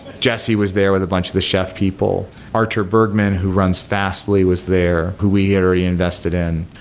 jesse was there with a bunch the chef people. artur bergman who runs fastly was there who we had already invested in.